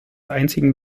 einzigen